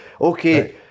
Okay